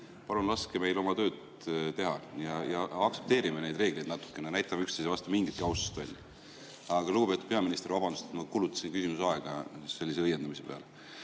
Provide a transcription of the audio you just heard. Palun laske meil oma tööd teha ja aktsepteerime neid reegleid natukene, näitame üksteise vastu mingitki austust välja. Lugupeetud peaminister, vabandust, et ma kulutasin küsimise aega sellise õiendamise peale.